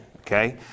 okay